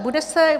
Bude se...